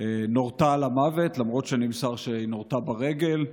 ונורתה למוות, למרות שנמסר שהיא נורתה ברגל.